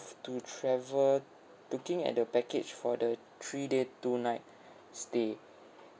to travel looking at the package for the three day two night stay